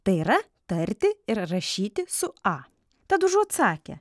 tai yra tarti ir rašyti su a tad užuot sakę